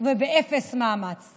ובאפס מאמץ.